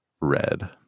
red